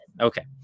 Okay